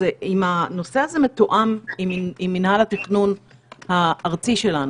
אם הנושא הזה מתואם עם מינהל התכנון הארצי שלנו,